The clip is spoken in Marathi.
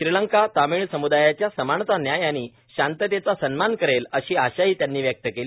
श्रीलंका तमिळ सम्दायाच्या समानता न्याय आणि शांततेचा सन्मान करेल अशी आशा ही त्यांनी व्यक्त केली